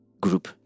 group